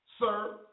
Sir